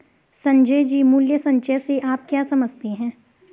संजय जी, मूल्य संचय से आप क्या समझते हैं?